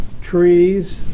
trees